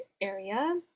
area